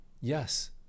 yes